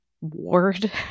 ward